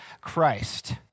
Christ